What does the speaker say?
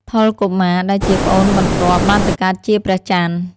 ថុល កុមារ ដែលជាប្អូនបន្ទាប់បានទៅកើតជា ព្រះចន្ទ។